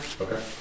Okay